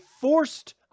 forced